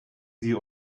sie